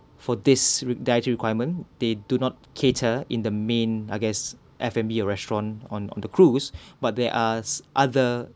for this dietary requirement they do not cater in the main I guess f and b or restaurant on on the cruise but there are other